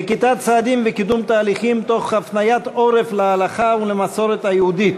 נקיטת צעדים וקידום תהליכים תוך הפניית עורף להלכה ולמסורת היהודית,